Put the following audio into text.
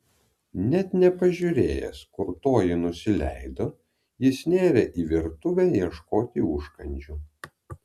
net nepažiūrėjęs kur toji nusileido jis nėrė į virtuvę ieškoti užkandžių